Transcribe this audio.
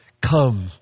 come